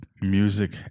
music